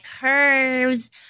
curves